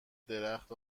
درخت